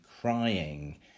crying